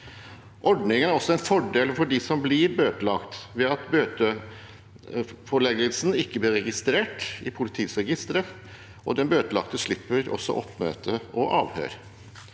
Ordningen er også en fordel for den som blir bøtelagt, ved at bøteforeleggelsen ikke blir registrert i politiets registre, og den bøtelagte slipper også oppmøte og avhør.